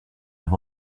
i’ve